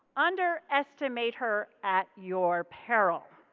underestimate her at your peril.